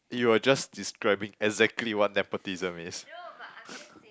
you are just describing exactly what nepotism is